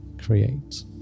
create